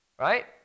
Right